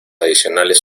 adicionales